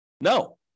No